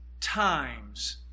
times